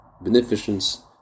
beneficence